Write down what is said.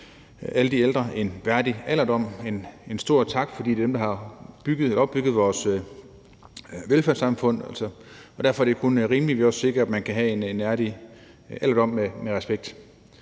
alle de ældre en værdig alderdom og en stor tak, for det er dem, der har opbygget vores velfærdssamfund. Derfor er det også kun rimeligt, at vi sikrer, at man kan have en værdig alderdom med respekt.